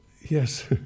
Yes